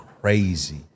crazy